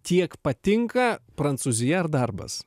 tiek patinka prancūzija ar darbas